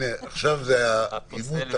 בסדר.